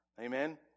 Amen